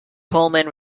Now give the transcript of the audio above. coleman